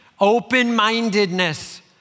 open-mindedness